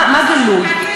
מה גלוי?